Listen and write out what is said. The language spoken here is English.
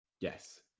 Yes